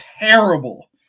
Terrible